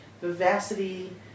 vivacity